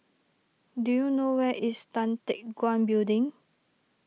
do you know where is Tan Teck Guan Building